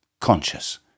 Conscious